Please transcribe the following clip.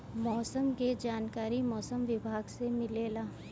मौसम के जानकारी मौसम विभाग से मिलेला?